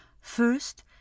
first